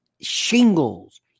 shingles